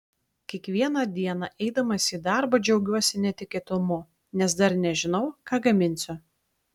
kiekvieną dieną eidamas į darbą džiaugiuosi netikėtumu nes dar nežinau ką gaminsiu